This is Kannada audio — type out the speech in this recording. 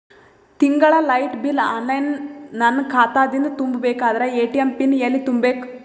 ತಿಂಗಳ ಲೈಟ ಬಿಲ್ ಆನ್ಲೈನ್ ನನ್ನ ಖಾತಾ ದಿಂದ ತುಂಬಾ ಬೇಕಾದರ ಎ.ಟಿ.ಎಂ ಪಿನ್ ಎಲ್ಲಿ ತುಂಬೇಕ?